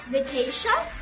Vacation